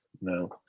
No